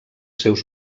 seus